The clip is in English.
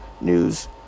news